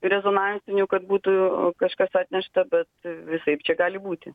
rezonansinių kad būtų kažkas atnešta bet visaip čia gali būti